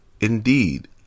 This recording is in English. Indeed